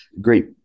great